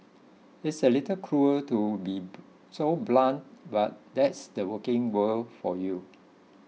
it's a little cruel to be so blunt but that's the working world for you